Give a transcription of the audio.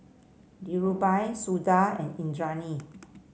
Dhirubhai Suda and Indranee